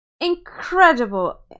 incredible